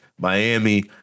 Miami